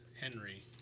Henry